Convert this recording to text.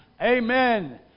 Amen